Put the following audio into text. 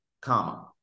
comma